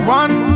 one